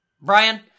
Brian